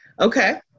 Okay